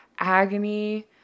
Agony